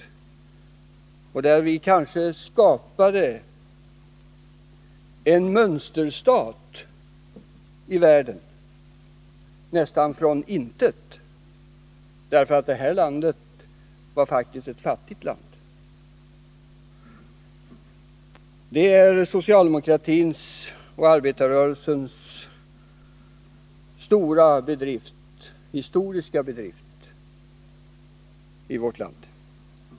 Kanske är det en mönsterstat i världen som vi skapade nästan av intet — det här landet har faktiskt varit ett fattigt land. Det är socialdemokratins och arbetarrörelsens stora historiska bedrift i vårt land.